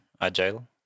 Agile